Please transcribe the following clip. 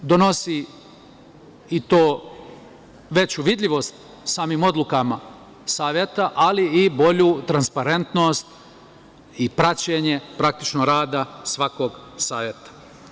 To donosi veću vidljivost samih odluka saveta, ali i bolju transparentnost i praćenje praktično rada svakog saveta.